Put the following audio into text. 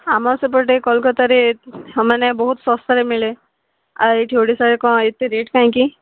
ଆମ ସେପଟେ କଲକତାରେ ମାନେ ବହୁତ ଶସ୍ତାରେ ମିଳେ ଆଉ ଏଇଠି ଓଡ଼ିଶାରେ କ'ଣ ଏତେ ରେଟ୍ କାହିଁକି